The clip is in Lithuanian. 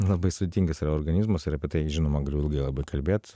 labai sudėtingas yra organizmas ir apie tai žinoma galiu ilgai labai kalbėt